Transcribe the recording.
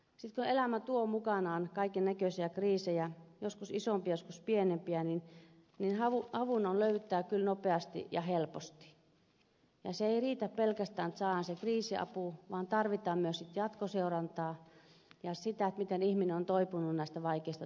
sitten kun elämä tuo mukanaan kaikennäköisiä kriisejä joskus isompia joskus pienempiä niin avun on löydyttävä kyllä nopeasti ja helposti ja ei riitä pelkästään että saadaan se kriisiapu vaan tarvitaan myös sitten jatkoseurantaa ja sen seurantaa miten ihminen on toipunut näistä vaikeista tilanteista